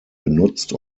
benutzt